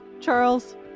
Charles